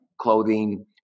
clothing